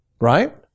right